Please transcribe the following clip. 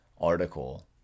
article